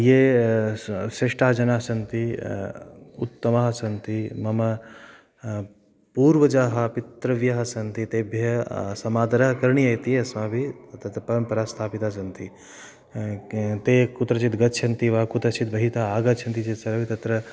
ये श्रे श्रेष्ठाः जनाः सन्ति उत्तमाः सन्ति मम पूर्वजाः पितृव्यः सन्ति तेभ्यः समादरः करणीयः इति अस्माभिः इति तत् परम्पराः स्थापिताः सन्ति ते कुत्रचित् गच्छन्ति वा कुतश्चित् बहितः आगच्छन्ति चेत् सर्वे तत्र